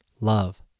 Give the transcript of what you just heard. Love